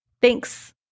Thanks